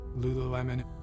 Lululemon